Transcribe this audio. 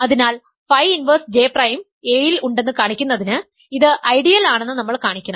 അതിനാൽ phi inverse J prime A യിൽ ഉണ്ടെന്ന് കാണിക്കുന്നതിന് ഇത് ഐഡിയൽ ആണെന്ന് നമ്മൾ കാണിക്കണം